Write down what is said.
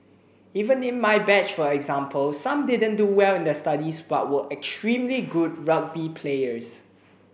even in my batch for example some didn't do well in their studies but were extremely good rugby players